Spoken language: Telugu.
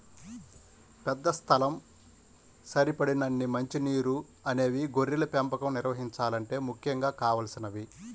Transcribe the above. పెద్ద స్థలం, సరిపడినన్ని మంచి నీరు అనేవి గొర్రెల పెంపకం నిర్వహించాలంటే ముఖ్యంగా కావలసినవి